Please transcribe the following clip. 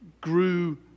grew